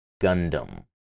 Gundam